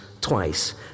twice